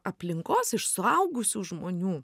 aplinkos iš suaugusių žmonių